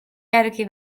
järgi